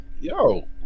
yo